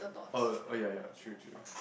oh oh ya ya true true